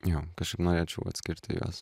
jo kažkaip norėčiau atskirti juos